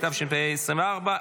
התשפ"ה 2024,